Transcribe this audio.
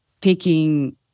picking